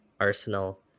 arsenal